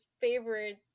favorite